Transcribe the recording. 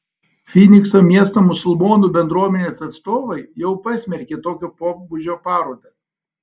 fynikso miesto musulmonų bendruomenės atstovai jau pasmerkė tokio pobūdžio parodą